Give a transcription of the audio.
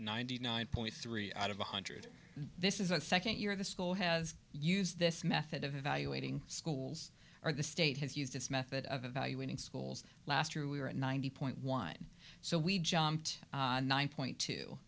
ninety nine point three out of one hundred this is a second year the school has used this method of evaluating schools or the state has used its method of evaluating schools last year we were at ninety point one so we jumped nine point t